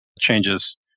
changes